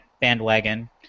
bandwagon